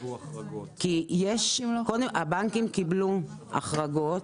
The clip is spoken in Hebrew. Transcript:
הבנקים קיבלו החרגות.